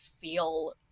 feel